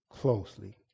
closely